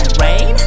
rain